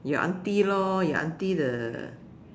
your aunty lor your aunty the